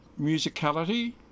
musicality